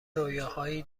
رویاهایی